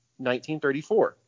1934